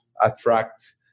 attract